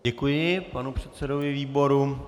Děkuji panu předsedovi výboru.